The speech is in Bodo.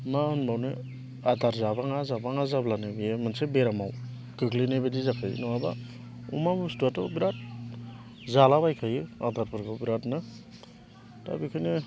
मा होनबावनो आदार जाबाङा जाबाङा जाब्लानो बेयो मोनसे बेरामाव गोग्लैनाय बायदि जाखायो नङाबा अमा बुस्थुआथ' बिराद जालाबायखायो आदारफोरखौ बिरादनो दा बेखायनो